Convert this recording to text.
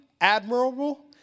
admirable